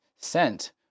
sent